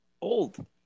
old